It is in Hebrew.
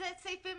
הם מורידים.